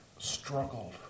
struggled